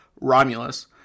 Romulus